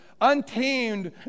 untamed